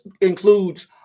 includes